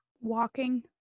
Walking